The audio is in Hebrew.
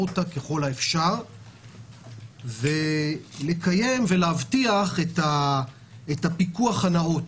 אותה ככל האפשר ולקיים ולהבטיח את הפיקוח הנאות,